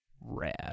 Rad